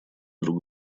друг